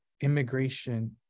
immigration